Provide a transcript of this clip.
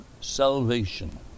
salvation